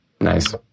Nice